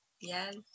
Yes